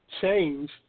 change